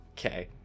okay